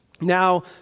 now